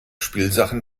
spielsachen